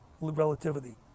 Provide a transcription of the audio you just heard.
relativity